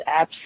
apps